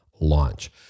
launch